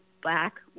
black